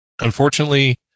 Unfortunately